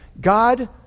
God